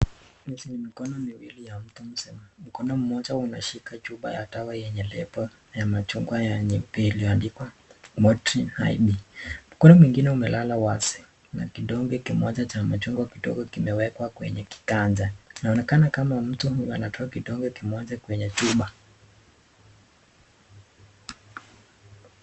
Mikono miwili ya mtu mzima. Mkono mmoja unashika chupa ya dawa yenye lebo ya machungwa yenye imeandikwa Motrin IB . Mkono mwingine umelala wazi na kidonge kimoja cha machungwa kidogo kimewekwa kwenye kiganja. Inaonekana kama mtu huyo anatoa kidonge kimoja kwenye chupa.